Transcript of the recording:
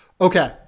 Okay